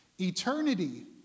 Eternity